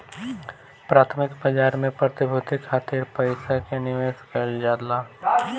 प्राथमिक बाजार में प्रतिभूति खातिर पईसा के निवेश कईल जाला